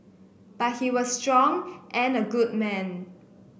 but he was strong and a good man